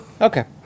Okay